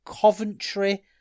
Coventry